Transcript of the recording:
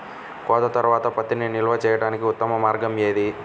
కోత తర్వాత పత్తిని నిల్వ చేయడానికి ఉత్తమ మార్గం ఏది?